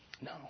No